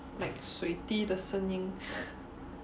like 水滴的声音